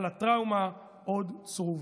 אבל הטראומה עוד צרובה.